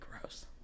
gross